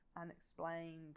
unexplained